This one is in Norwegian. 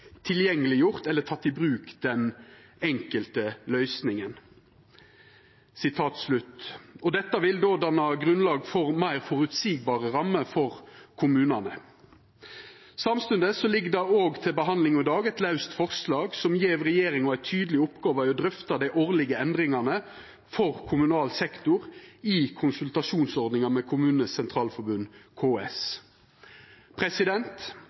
eller tatt i bruk den enkelte løsningen.» Dette vil då danna grunnlag for meir føreseielege rammer for kommunane. Samstundes ligg det òg til behandling i dag eit laust forslag som gjev regjeringa eit tydeleg oppgåve i å drøfta dei årlege endringane for kommunal sektor i konsultasjonsordninga med